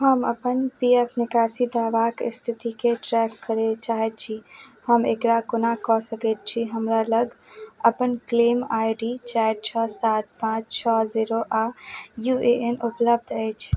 हम अपन P F निकासी दावाक स्थितिके ट्रैक करय चाहैत छी हम एकरा कोना कऽ सकैत छी हमरा लग अपन क्लेम आई डी चारि छओ सात पाँच छओ जीरो आओर यू ए एन उपलब्ध अछि